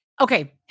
Okay